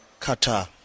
Qatar